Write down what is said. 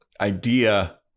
idea